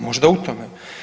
Možda u tome.